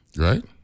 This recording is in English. Right